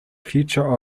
future